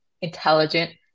intelligent